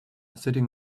sitting